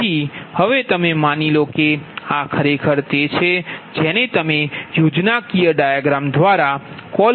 તેથી હવે તમે માની લો કે આ ખરેખર તે છે જેને તમે યોજનાકીય ડાયાગ્રામ દ્વારા કોલ કરો છો